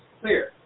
clear